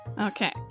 Okay